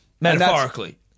metaphorically